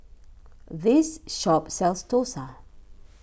this shop sells Dosa